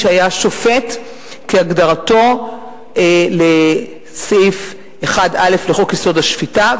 שהיה שופט כהגדרתו לסעיף 1(א) לחוק-יסוד: השפיטה,